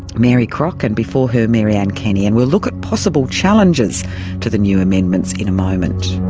mary crock and before her mary anne kenny, and we'll look at possible challenges to the new amendments in a moment.